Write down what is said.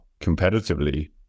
competitively